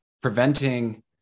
preventing